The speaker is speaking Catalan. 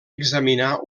examinar